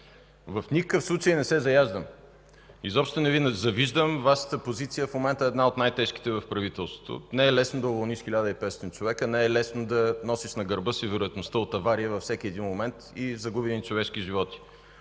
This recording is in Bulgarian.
В никакъв случай не се заяждам. Изобщо не Ви завиждам, Вашата позиция в момента е една от най-тежките в правителството. Не е лесно да уволниш 1500 човека, не е лесно да носиш на гърба си вероятността от аварии във всеки един момент и загубени човешки животи.